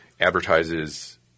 advertises